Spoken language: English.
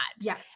yes